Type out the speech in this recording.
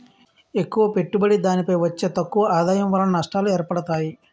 ఎక్కువ పెట్టుబడి దానిపై వచ్చే తక్కువ ఆదాయం వలన నష్టాలు ఏర్పడతాయి